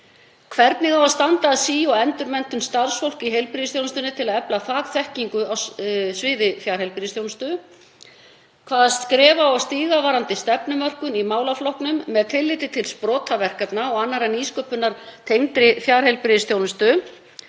Hvernig á að standa að sí- og endurmenntun starfsfólks í heilbrigðisþjónustunni til að efla fagþekkingu á sviði fjarheilbrigðisþjónustu? Hvaða skref á að stíga varðandi stefnumörkun í málaflokknum með tilliti til sprotaverkefna og annarrar nýsköpunar tengdri fjarheilbrigðisþjónustu?